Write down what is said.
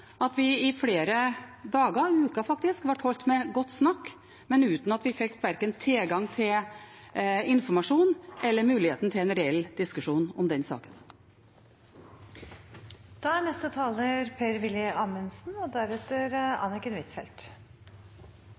at vi i flere dager, uker faktisk, ble holdt med godt snakk, men uten at vi fikk verken tilgang til informasjon eller muligheten til en reell diskusjon om den saken. Representanten Per-Willy Amundsen har hatt ordet to ganger tidligere og